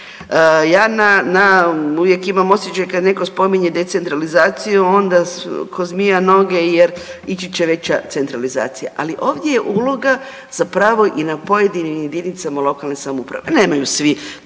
Ja uvijek imam osjećaj kad netko spominje decentralizaciju onda ko zmija noge jer ići će veća centralizacija. Ali ovdje je uloga zapravo i na pojedinim jedinicama lokalne samouprave, nemaju svi